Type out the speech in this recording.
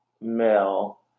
male